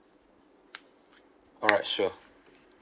alright sure